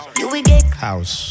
house